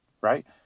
right